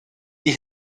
die